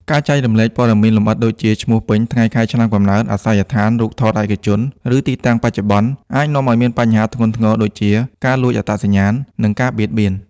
ការចែករំលែកព័ត៌មានលម្អិតដូចជា ឈ្មោះពេញ ថ្ងៃខែឆ្នាំកំណើត អាសយដ្ឋាន រូបថតឯកជន ឬទីតាំងបច្ចុប្បន្ន អាចនាំឲ្យមានបញ្ហាធ្ងន់ធ្ងរដូចជា ការលួចអត្តសញ្ញាណ និងការបៀតបៀន។